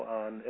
on